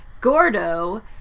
Gordo